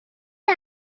این